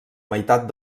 meitat